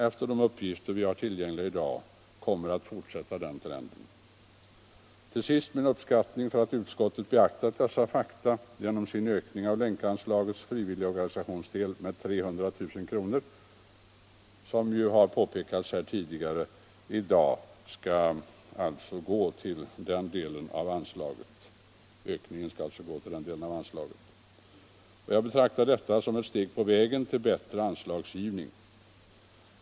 Enligt de uppgifter vi har tillgängliga i dag kommer den trenden att fortsätta. > Låt mig till sist uttrycka min uppskattning över att utskottet beaktat dessa fakta genom sin ökning av Länkanslagets frivilligorganisationsdel med 300 000 kr. Som påpekats tidigare i dag skall ökningen med 300 000 gå till den delen av anslaget. Jag betraktar detta som ett steg på vägen mot bättre anslagsgivning.